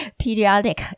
periodic